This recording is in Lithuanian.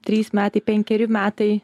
trys metai penkeri metai